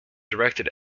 directed